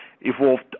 evolved